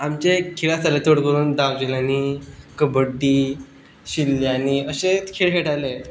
आमचे खेळ आसताले चड करून धांवचेल्यांनी कबड्डी शिल्ल्यांनी अशेच खेळ खेळटाले